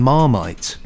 Marmite